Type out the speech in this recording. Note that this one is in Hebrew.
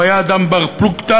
הוא היה אדם בר-פלוגתא.